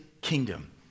kingdom